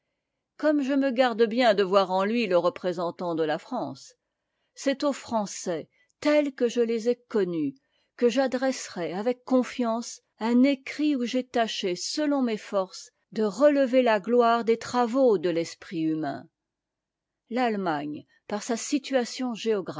comme je me garde bien de voir en lui le représentant de la france c'est aux français tels que je les ai connus que j'adresserais avec confiance un écrit où j'ai tâché selon mes forces de relever la gloire des travaux de l'esprit humain l'allemagne par sa situation